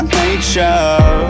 nature